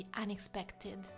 unexpected